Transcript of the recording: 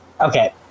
Okay